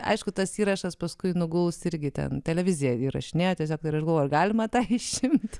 aišku tas įrašas paskui nuguls irgi ten televizija įrašinėjo tiesiog ir aš galvoju ar galima tą išimti